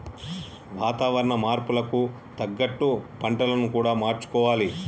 వాతావరణ మార్పులకు తగ్గట్టు పంటలను కూడా మార్చుకోవాలి